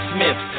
Smith